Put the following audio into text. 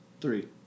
Three